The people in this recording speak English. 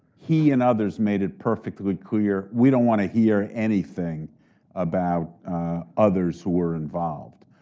he and others made it perfectly clear we don't want to hear anything about others who were involved.